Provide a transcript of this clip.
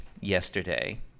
yesterday